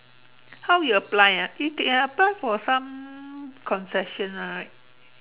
how you apply ah you can apply for some concession [one] right